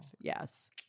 Yes